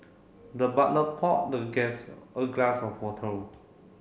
the butler poured the guest a glass of water